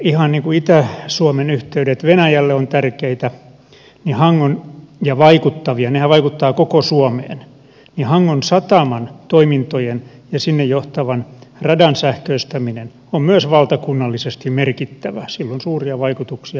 ihan niin kuin itä suomen yhteydet venäjälle ovat tärkeitä ja vaikuttavia nehän vaikuttavat koko suomeen myös hangon satamaan johtavan radan sähköistäminen on valtakunnallisesti merkittävää sillä on suuria vaikutuksia